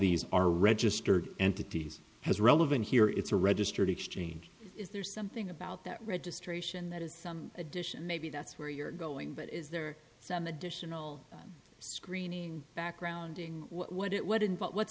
these are registered entities as relevant here it's a registered exchange is there something about that registration that is some addition maybe that's where you're going but is there some additional screening background what it what and what what's